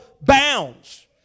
bounds